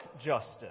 justice